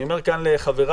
אני אומר כאן לחבריי,